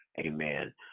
amen